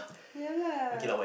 yeah lah